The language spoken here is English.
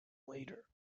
later